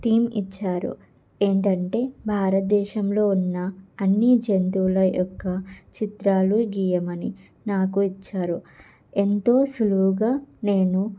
theme ఇచ్చారు ఏంటంటే భారతదేశంలో ఉన్న అన్ని జంతువుల యొక్క చిత్రాలు గీయమని నాకు ఇచ్చారు ఎంతో సులువుగా నేను